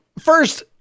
first